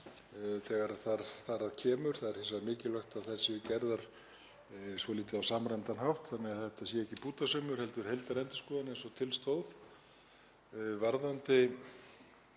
þegar þar að kemur. Það er hins vegar mikilvægt að þær séu gerðar svolítið á samræmdan hátt þannig að þetta sé ekki bútasaumur heldur heildarendurskoðun eins og til stóð. Varðandi